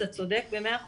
אתה צודק במאה אחוז,